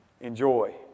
Enjoy